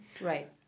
Right